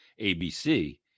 ABC